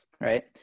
right